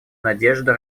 надежда